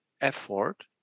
effort